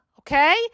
okay